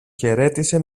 χαιρέτησε